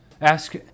Ask